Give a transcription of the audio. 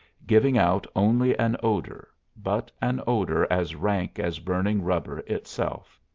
giving out only an odor, but an odor as rank as burning rubber itself.